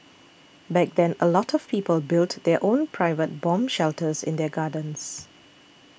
back then a lot of people built their own private bomb shelters in their gardens